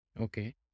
Okay